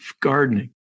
gardening